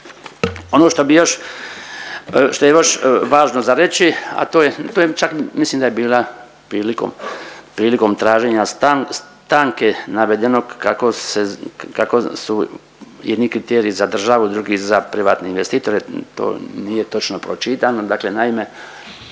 još, što je još važno za reći, a to je čak mislim da je bila prilikom traženja stanke navedeno kako se kako su jedni kriteriji za državu drugi za privatne investitore, to nije točno pročitane. Dakle, naime